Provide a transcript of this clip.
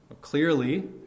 Clearly